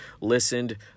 listened